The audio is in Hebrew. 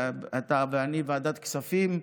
אתה ואני, בוועדת הכספים,